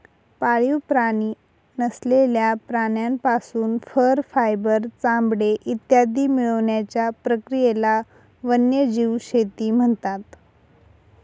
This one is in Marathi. पाळीव प्राणी नसलेल्या प्राण्यांपासून फर, फायबर, चामडे इत्यादी मिळवण्याच्या प्रक्रियेला वन्यजीव शेती म्हणतात